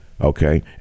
Okay